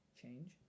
change